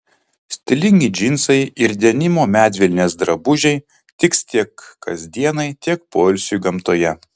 stilingi džinsai ir denimo medvilnės drabužiai tiks tiek kasdienai tiek poilsiui gamtoje